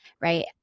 right